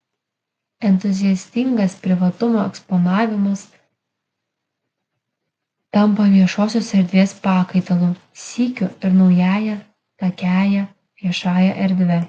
entuziastingas privatumo eksponavimas tampa viešosios erdvės pakaitalu sykiu ir naująją takiąja viešąja erdve